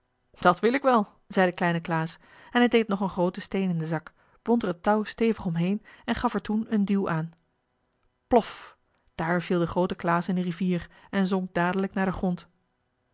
dat wil ik wel zei de kleine klaas en hij deed nog een grooten steen in den zak bond er het touw stevig om heen en gaf er toen een duw aan plof daar viel de groote klaas in de rivier en zonk dadelijk naar den grond